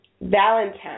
Valentine